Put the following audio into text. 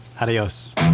Adios